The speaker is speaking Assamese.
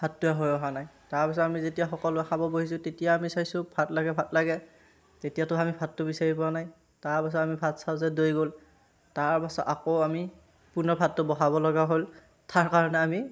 ভাতটোৱে হৈ অহা নাই তাৰপাছত আমি যেতিয়া সকলোৱে খাব বহিছোঁ তেতিয়া আমি চাইছোঁ ভাত লাগে ভাত লাগে তেতিয়াতো আমি ভাতটো বিচাৰি পোৱা নাই তাৰপাছত আমি ভাত চাওঁ যে দেই গ'ল তাৰপাছত আকৌ আমি পুনৰ ভাতটো বহাব লগা হ'ল তাৰ কাৰণে আমি